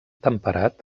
temperat